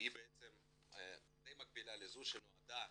שהיא בעצם די מקבילה לזו, שנועדה